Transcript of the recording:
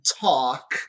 talk